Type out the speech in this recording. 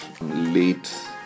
late